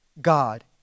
God